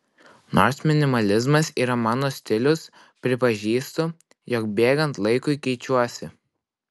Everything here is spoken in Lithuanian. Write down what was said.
nors minimalizmas yra mano stilius pripažįstu jog bėgant laikui keičiuosi